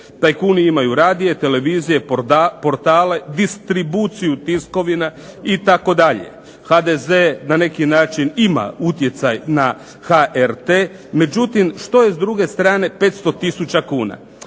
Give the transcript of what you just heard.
Tajkuni imaju radije, televizije, portale, distribucija tiskovina itd. HDZ na neki način ima utjecaj na HRT, međutim što je s druge strane 500 tisuća kuna.